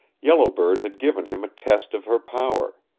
yellow bird had given him a test of her power.